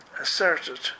asserted